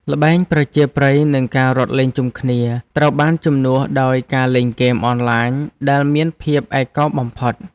ល្បែងប្រជាប្រិយនិងការរត់លេងជុំគ្នា ត្រូវបានជំនួសដោយការលេងហ្គេមអនឡាញដែលមានភាពឯកោបំផុត។